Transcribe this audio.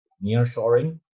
near-shoring